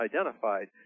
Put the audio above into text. identified